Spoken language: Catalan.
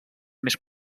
més